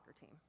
team